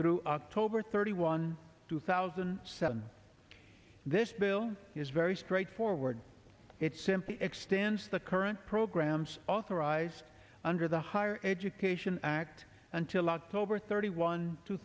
through october thirty one two thousand and seven this bill is very straightforward it simply extends the current programs authorized under the higher education act until october thirty one two